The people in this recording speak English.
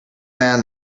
man